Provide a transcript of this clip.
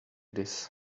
this